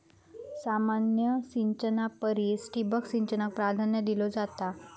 सामान्य सिंचना परिस ठिबक सिंचनाक प्राधान्य दिलो जाता